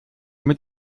mit